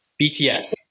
BTS